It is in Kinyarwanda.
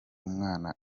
umwana